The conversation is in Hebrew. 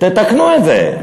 תתקנו את זה.